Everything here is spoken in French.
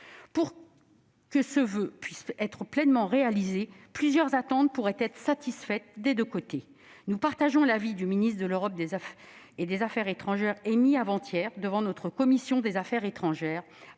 Pour que ce voeu puisse être pleinement réalisé, plusieurs attentes pourraient être satisfaites des deux côtés. Nous partageons l'avis que le ministre de l'Europe et des affaires étrangères a émis avant-hier devant notre commission des affaires étrangères,